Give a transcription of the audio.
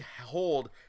hold